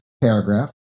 paragraph